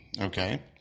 okay